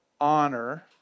honor